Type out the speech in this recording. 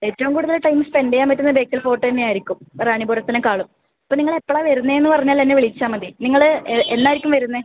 ഏറ്റവും കൂടുതൽ time spend ചെയ്യാൻ പറ്റുന്നത് ബേക്കൽ ഫോർട്ട് തന്നെ ആയിരിക്കും റാണിപുരത്തിനെക്കാളും ഇപ്പം നിങ്ങൾ എപ്പഴാണ് വരുന്നതെന്ന് പറഞ്ഞാൽ എന്നെ വിളിച്ചാൽ മതി നിങ്ങള് എന്ന് ആയിരിക്കും വരുന്നത്